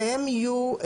שהם יהיו,